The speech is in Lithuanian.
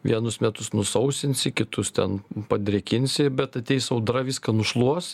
vienus metus nusausinsi kitus ten padrėkinsi bet ateis audra viską nušluos